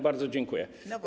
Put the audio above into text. Bardzo dziękuję.